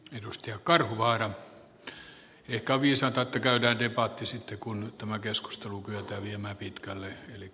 edustaja karhuvaaralle joka viisainta käydään debatti sitten kun tämä keskustelu kävi näin pitkälle yli